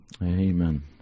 Amen